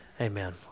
Amen